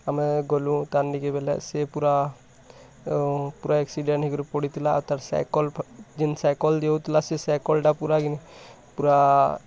ଆମେ ଗଲୁ ତା'ର ନିଜି ବେଲେ ସିଏ ପୁରା ପୁରା ଆକ୍ସିଡ଼େଣ୍ଟ୍ ହେଇକରି ପଡ଼ିଥିଲା ଆଉ ତାର୍ ସାଇକେଲ୍ ଜିନ୍ ସାଇକେଲ୍ ଯାଉଥିଲା ସେ ସାଇକେଲ୍ ଟା ପୁରା ପୁରା